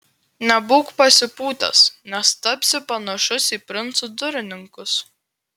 nebūk pasipūtęs nes tapsi panašus į princų durininkus